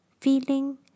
feeling